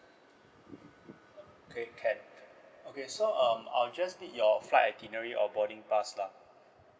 okay can okay so um I'll just need your flight itinerary or boarding pass lah